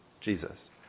Jesus